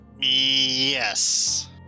Yes